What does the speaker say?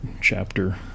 chapter